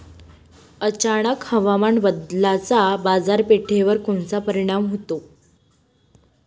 अचानक हवामान बदलाचा बाजारपेठेवर कोनचा परिणाम होतो?